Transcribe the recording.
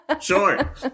Sure